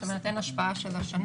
זאת אומרת אין השפעה של השנה,